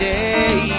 day